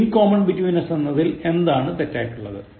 in common between us എന്നതിൽ എന്താണ് തെറ്റായിടുള്ളത്